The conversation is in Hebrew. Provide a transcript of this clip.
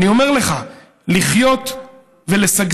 אני אומר לך, לחיות ולשגשג,